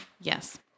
Yes